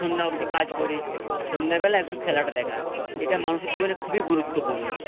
সন্ধ্যা অবধি কাজ করে সন্ধ্যেবেলা একটু খেলাটা দেখা এটা মানুষের জীবনে খুবই গুরুত্বপূর্ণ